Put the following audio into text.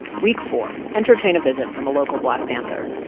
week four entertain a visit from a local black panther.